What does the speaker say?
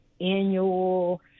annual